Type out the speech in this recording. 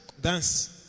Dance